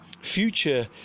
future